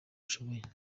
nshoboye